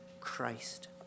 Christ